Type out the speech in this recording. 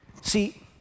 See